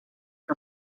que